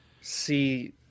see